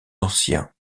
ancien